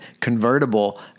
convertible